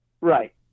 right